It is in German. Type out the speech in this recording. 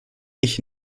ich